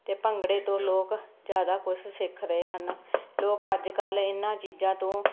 ਅਤੇ ਭੰਗੜੇ ਤੋਂ ਲੋਕ ਜ਼ਿਆਦਾ ਕੁਛ ਸਿੱਖ ਰਹੇ ਹਨ ਲੋਕ ਅੱਜ ਕੱਲ੍ਹ ਇਹਨਾਂ ਚੀਜ਼ਾਂ ਤੋਂ